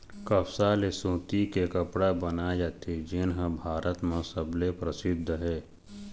कपसा ले सूती के कपड़ा बनाए जाथे जेन ह भारत म सबले परसिद्ध हे